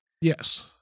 Yes